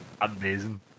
amazing